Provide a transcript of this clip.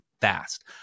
fast